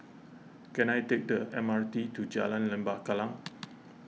can I take the M R T to Jalan Lembah Kallang